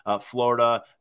Florida